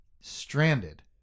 stranded